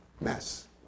mess